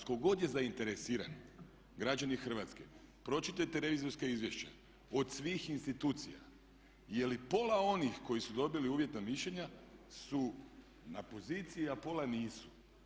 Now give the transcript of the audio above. Tko god je zainteresiran građani Hrvatske pročitajte revizorska izvješća, od svih institucija je li pola onih koji su dobili uvjetna mišljenja su na poziciji a pola nisu.